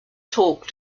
torque